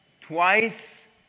Twice